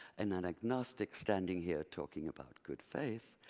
in an agnostic standing here talking about good faith,